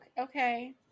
Okay